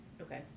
okay